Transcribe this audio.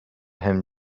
him